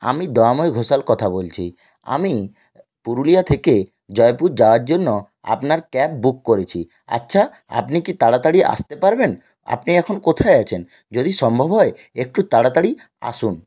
আমি দয়াময় ঘোষাল কথা বলছি আমি পুরুলিয়া থেকে জয়পুর যাওয়ার জন্য আপনার ক্যাব বুক করেছি আচ্ছা আপনি কি তাড়াতাড়ি আসতে পারবেন আপনি এখন কোথায় আছেন যদি সম্ভব হয় একটু তাড়াতাড়ি আসুন